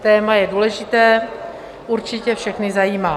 Téma je důležité, určitě všechny zajímá.